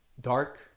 dark